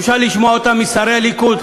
אפשר לשמוע אותה משרי הליכוד,